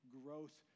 growth